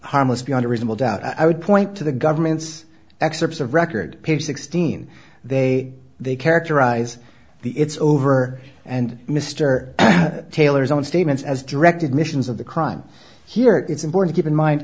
harmless beyond a reasonable doubt i would point to the government's excerpts of record page sixteen they they characterize the it's over and mr taylor's own statements as direct admissions of the crime here it's important keep in mind